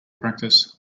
practice